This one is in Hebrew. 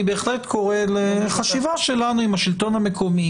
אני בהחלט קורא לחשיבה שלנו עם השלטון המקומי,